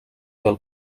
del